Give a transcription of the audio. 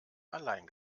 allein